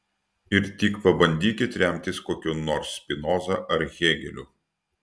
ir tik pabandykit remtis kokiu nors spinoza ar hėgeliu